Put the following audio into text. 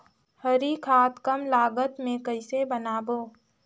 हरी खाद कम लागत मे कइसे बनाबो?